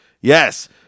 Yes